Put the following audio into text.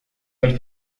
del